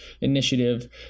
initiative